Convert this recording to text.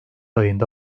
ayında